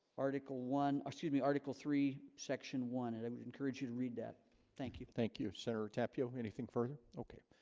article one excuse me article three section one and i would encourage you to read that thank you thank you senator, tapio anything further okay,